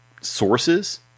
sources